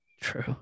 true